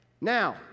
Now